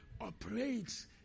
operates